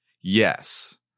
Yes